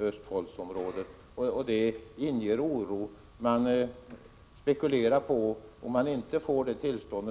Östfoldsområdet. Man spekulerar i att acceptera böter om man inte får detta tillstånd.